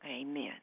amen